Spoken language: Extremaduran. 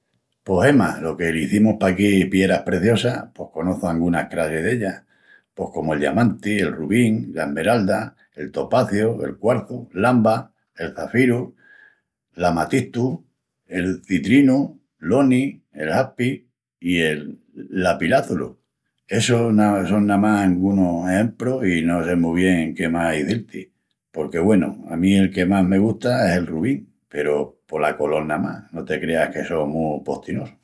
Pos gemas, lo que l'izimus paquí pieras preciosas, pos conoçu angunas crassis d'ellas. Pos comu'l diamanti, el rubín i la esmeralda, el topaciu, el quarzu, l'amba, el çafiru, l'amatistu, el citrinu, l'oni, el jaspi... i el lapilázuli. Essus, na, son namás qu'angunus exemprus i no sé mu bien qué más izil-ti porque, güenu, a mí el que más me gusta es el rubín peru pola colol namás, no te creas que só mu postinosu.